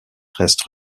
reste